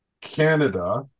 Canada